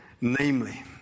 Namely